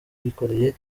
yikoreye